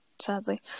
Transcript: Sadly